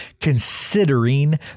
considering